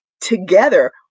together